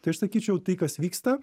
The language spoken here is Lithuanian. tai aš sakyčiau tai kas vyksta